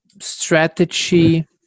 strategy